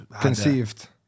Conceived